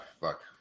fuck